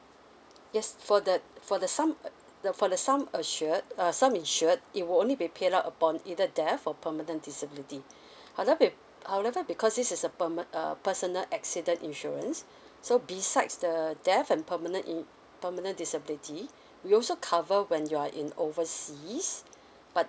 yes for the for the sum uh the for the sum assured uh sum insured it will only be paid out upon either death or permanent disability however with however because this is a perm uh err personal accident insurance so besides the death and permanent in permanent disability we also cover when you are in overseas but